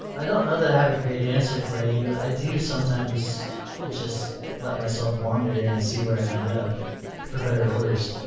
i don't know that i have a great answer for ah you. i do sometimes just let myself wander and see where i end up for better or worse.